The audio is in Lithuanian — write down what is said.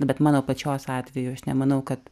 bet mano pačios atveju aš nemanau kad